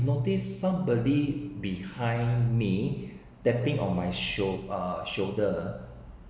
noticed somebody behind me tapping on my sho~ uh shoulder